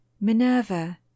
minerva